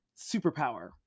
superpower